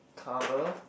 color